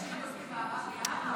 אתה מצפה למשילות מבהרב מיארה?